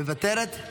מוותרת,